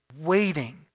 waiting